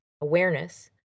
awareness